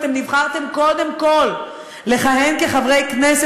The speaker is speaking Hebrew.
אתם נבחרתם קודם כול לכהן כחברי הכנסת.